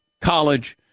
college